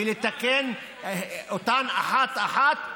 ולתקן אותן אחת-אחת,